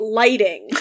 lighting